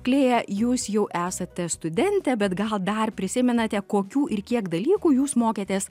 klėja jūs jau esate studentė bet gal dar prisimenate kokių ir kiek dalykų jūs mokėtės